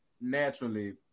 naturally